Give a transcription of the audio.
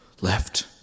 left